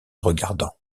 regardant